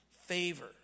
favor